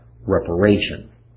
reparation